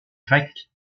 grecque